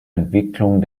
entwicklung